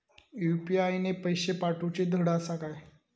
UPI ने पैशे पाठवूचे धड आसा काय?